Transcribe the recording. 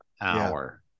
hour